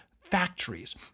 factories